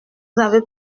avez